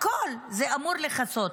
הכול זה אמור לכסות.